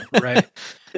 Right